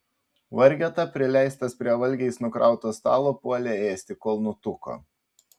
vargeta prileistas prie valgiais nukrauto stalo puolė ėsti kol nutuko